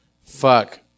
fuck